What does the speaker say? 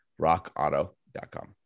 rockauto.com